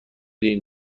این